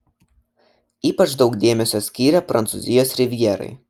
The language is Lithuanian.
ypač daug dėmesio skyrė prancūzijos rivjerai